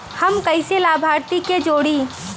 हम कइसे लाभार्थी के जोड़ी?